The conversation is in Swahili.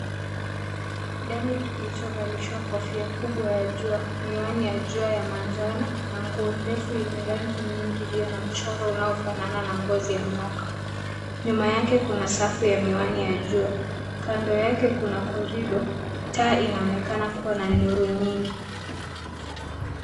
Dami kilichovalishwa kofia kubwa ya jua, miwani ya jua ya manjano, na nguo ndefu yenye rangi nyingi iliyo na mchoro unaofanana na ngozi ya nyoka. Nyuma yake kuna safu ya miwani ya jua, kando yake kuna korido. Taa inaonekana kuwa na nuru nyingi.